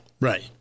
Right